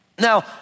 Now